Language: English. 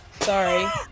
Sorry